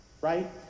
right